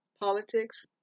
politics